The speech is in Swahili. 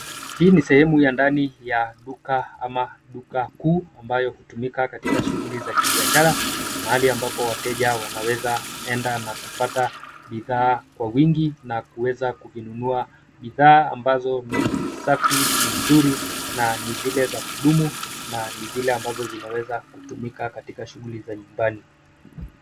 Hii ni sehemu ya ndani ya duka ama duka kuu ambayo hutumika katika shughuli za kibiashara, mahali ambapo wateja wanaweza kuenda na kupata bidhaa kwa wingi na kuweza kuvinunua. Bidhaa ambazo ni safi, ni nzuri na ni zile za kudumu na ni zile ambazo zinaweza kutumika katika shughuli za nyumbani.